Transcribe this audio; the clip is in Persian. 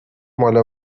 مال